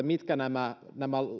mitkä nämä nämä